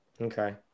Okay